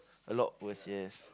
a lot worse yes